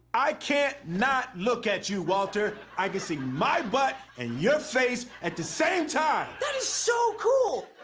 i can't not look at you, walter. i can see my butt and your face at the same time. that is so cool!